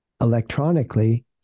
electronically